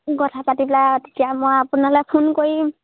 কথা পাতি পেলাই তেতিয়া মই আপোনালৈ ফোন কৰিম